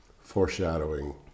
foreshadowing